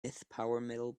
metal